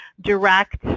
direct